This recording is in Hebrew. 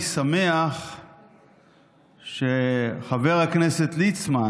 אני שמח שחבר הכנסת ליצמן